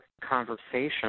conversation